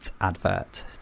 advert